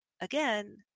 Again